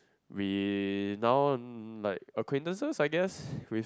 we now like acquaintances I guess with